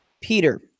Peter